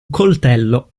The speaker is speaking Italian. coltello